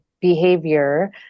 behavior